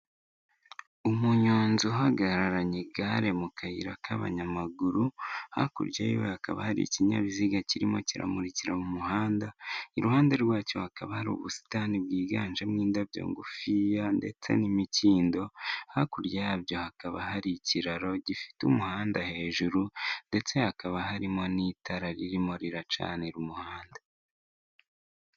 Umunyonzi uhagararanye igare mu kayira k'abanyamaguru hakurya hakaba hari ikinyabiziga kirimo kiramurikira mu muhanda iruhande rwacyo hakaba hari ubusitani bwiganjemo indabyo ngufiya ndetse n'imikindo hakurya yabyo hakaba hari ikiraro gifite umuhanda hejuru ndetse hakaba harimo n'itara ririmo riracanira umuhanda.